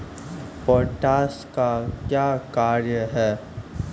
Potash का क्या कार्य हैं?